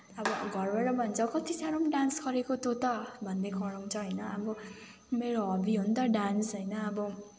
अब घरबाट भन्छ कति साह्रो पनि डान्स गरेको तँ त भन्दै कराउँछ होइन अब मेरो हबी हो नि त डान्स होइन अब